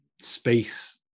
space